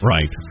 Right